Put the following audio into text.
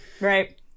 Right